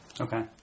Okay